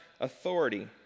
authority